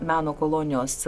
meno kolonijos